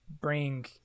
bring